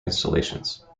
installations